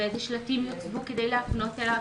אלו שלטים יוצבו כדי להפנות אליו,